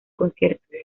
concierto